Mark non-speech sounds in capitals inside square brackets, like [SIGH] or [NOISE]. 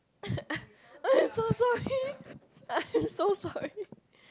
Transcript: [LAUGHS] I'm so sorry [LAUGHS] I'm so sorry